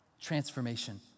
transformation